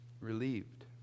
Relieved